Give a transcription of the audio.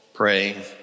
praying